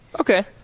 Okay